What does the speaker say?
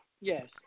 Yes